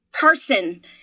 person